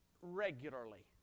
regularly